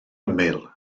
ymyl